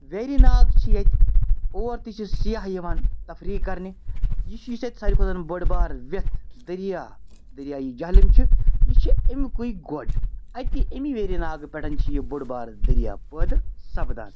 ویری ناگ چھِ ییٚتہِ اور تہِ چھِ سِیاح یِوان تفریح کَرنہِ یہِ چھُ یہِ اَتہِ ساروی کھۄتہٕ بٔڑ بار وٮ۪تھ دریا دریایہِ جہلِم چھِ یہِ چھِ اَمہِ کُے گۄڈ اَتہِ اَمی ویری ناگہٕ پٮ۪ٹھ چھِ یہِ بوٚڈ بارٕ دریا پٲدٕ سَپدان